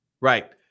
Right